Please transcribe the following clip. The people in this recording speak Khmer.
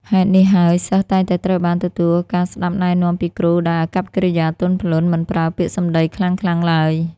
ហេតុនេះហើយសិស្សតែងតែត្រូវបានទទួលការស្ដាប់ណែនាំពីគ្រូដោយអាកប្បកិរិយាទន់ភ្លន់ មិនប្រើពាក្យសំដីខ្លាំងៗទ្បើយ។